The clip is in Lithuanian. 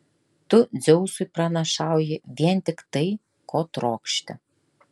tu dzeusui pranašauji vien tik tai ko trokšti